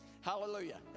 Hallelujah